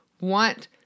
want